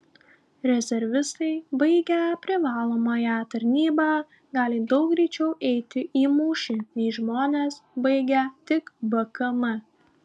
rezervistai baigę privalomąją tarnybą gali daug greičiau eiti į mūšį nei žmonės baigę tik bkm